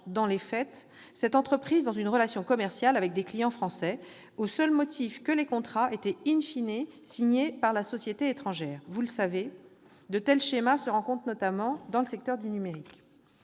dans les faits, cette entreprise dans une relation commerciale avec des clients français, au seul motif que les contrats étaient signés par la société étrangère. Vous le savez, de tels schémas s'observent notamment dans le secteur du numérique.